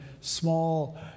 small